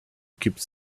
keeps